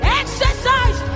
exercise